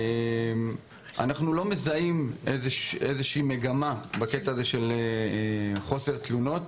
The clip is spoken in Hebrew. אנחנו לא מזהים איזושהי מגמה של חוסר בתלונות.